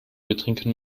betrinken